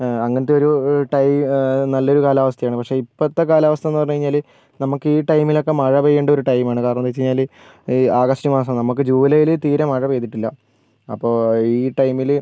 ആ അങ്ങനത്തെ ഒരു ടൈമ് നല്ലൊരു കാലാവസ്ഥയാണ് പക്ഷേ ഇപ്പോഴത്തെ കാലാവസ്ഥാന്ന് പറഞ്ഞ് കഴിഞ്ഞാൽ നമുക്ക് ഈ ടൈമിലൊക്കെ മഴ പെയ്യേണ്ട ഒരു ടൈമാണ് കാരണമെന്താന്ന് വെച്ച് കഴിഞ്ഞാൽ ഈ ആഗസ്റ്റ് മാസം നമുക്ക് ജൂലൈല് തീരെ മഴ പെയ്തട്ടില്ല അപ്പോൾ ഈ ടൈമിൽ